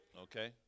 Okay